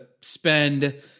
spend